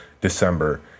December